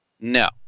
No